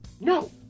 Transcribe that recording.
No